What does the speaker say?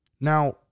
Now